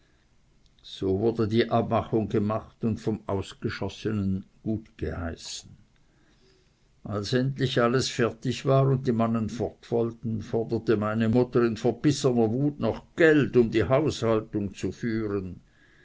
so wurde die abschatzung gemacht und vom ausgeschossenen gutgeheißen als endlich alles fertig war und die mannen fortwollten forderte meine mutter in verbissener wut noch geld um die haushaltung zu führen